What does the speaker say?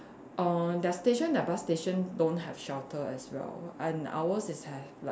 err their station their bus station don't have shelter as well and ours it's have like